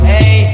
Hey